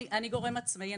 אני גורם עצמאי.